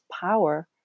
power